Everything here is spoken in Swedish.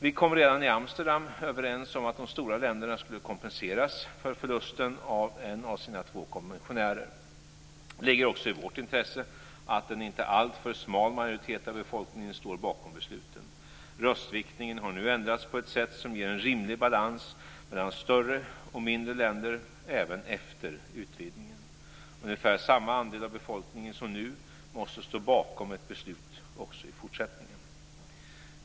Vi kom redan i Amsterdam överens om att de stora länderna skulle kompenseras för förlusten av en av sina två kommissionärer. Det ligger också i vårt intresse att en inte alltför smal majoritet av befolkningen står bakom besluten. Röstviktningen har nu ändrats på ett sätt som ger en rimlig balans mellan större och mindre länder även efter utvidgningen. Ungefär samma andel av befolkningen som nu måste stå bakom ett beslut också i fortsättningen.